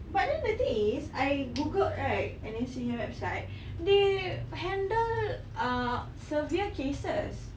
but then the thing is I googled right N_S_C website they handle err severe cases